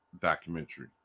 documentary